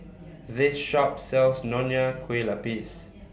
This Shop sells Nonya Kueh Lapis